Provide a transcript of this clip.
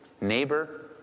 neighbor